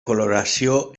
coloració